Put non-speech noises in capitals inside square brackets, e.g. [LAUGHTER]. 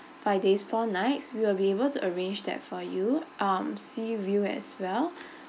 five days four nights we are able to arrange that for you um sea view as well [BREATH]